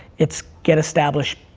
it's, get established,